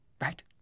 right